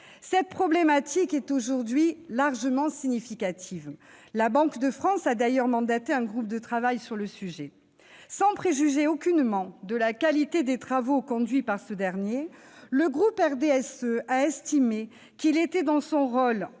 cette problématique est très significative ; la Banque de France a d'ailleurs mandaté un groupe de travail sur le sujet. Sans préjuger aucunement de la qualité des travaux conduits par ce dernier, le groupe du RDSE a estimé qu'il était dans son rôle,